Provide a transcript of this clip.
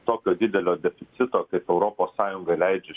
tokio didelio deficito kaip europos sąjunga leidžia